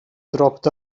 dropped